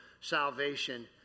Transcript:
salvation